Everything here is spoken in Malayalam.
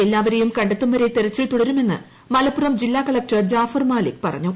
എല്ലാവരെയും കണ്ടെത്തുംവരെ തെരച്ചിൽ തുടരുമെന്ന് മലപ്പുറം ജില്ലാ കളക്ടർ ജാഫർ മാലിക് പറഞ്ഞു